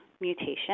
mutation